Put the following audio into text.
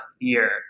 fear